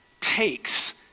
takes